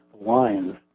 lines